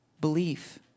Belief